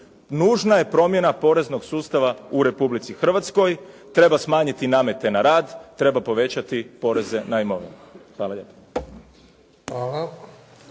Nužna je promjena poreznog sustava u Republici Hrvatskoj, treba smanjiti namete na rad, treba povećati poreze na imovinu. Hvala lijepa.